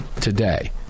today